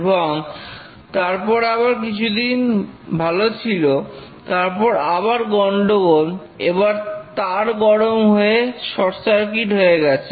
এবং তারপর আবার কিছুদিন ভালো ছিল তারপর আবার গন্ডগোল এবার তার গরম হয়ে শর্ট সার্কিট হয়ে গেছে